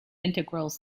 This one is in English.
integrals